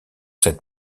cette